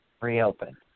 reopen